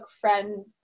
friend